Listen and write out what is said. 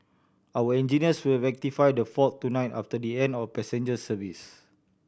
our engineers will rectify the fault tonight after the end of passenger service